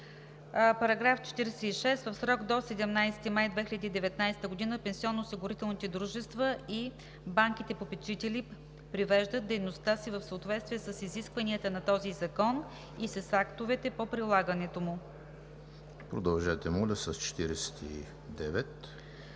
„§ 46. В срок до 17 май 2019 г. пенсионноосигурителните дружества и банките-попечители привеждат дейността си в съответствие с изискванията на този закон и с актовете по прилагането му.“ Предложение от